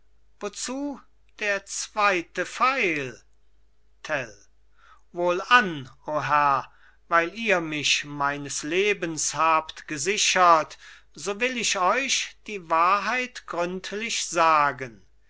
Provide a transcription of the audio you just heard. wozu der zweite pfeil tell wohlan o herr weil ihr mich meines lebens habt gesichert so will ich euch die wahrheit gründlich sagen